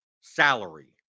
salary